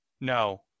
No